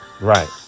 Right